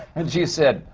and she said,